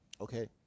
Okay